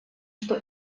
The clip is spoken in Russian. что